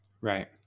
Right